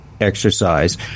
exercise